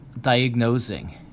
diagnosing